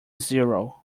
zero